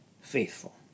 faithful